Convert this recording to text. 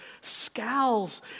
scowls